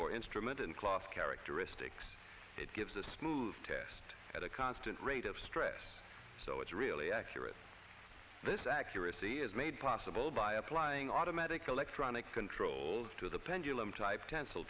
for instrument and class characteristics it gives us move test at a constant rate of stress so it's really accurate this accuracy is made possible by applying automatic electronic controls to the pendulum type